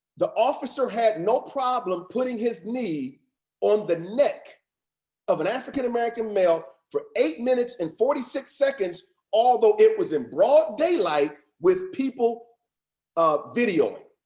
the officer had no problem putting his knee on the neck of an african american male for eight minutes and forty six seconds, although it was in broad daylight with people ah videoing.